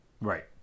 Right